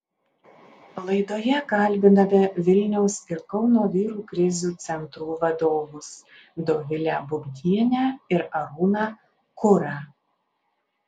laidoje kalbiname vilniaus ir kauno vyrų krizių centrų vadovus dovilę bubnienę ir arūną kurą